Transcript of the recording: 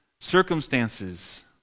circumstances